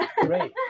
Great